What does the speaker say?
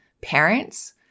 parents